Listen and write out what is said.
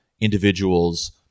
individuals